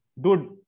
Dude